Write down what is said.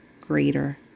greater